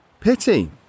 Pity